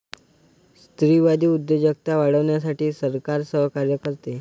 स्त्रीवादी उद्योजकता वाढवण्यासाठी सरकार सहकार्य करते